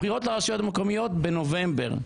הבחירות לרשויות המקומיות בנובמבר,